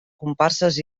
comparses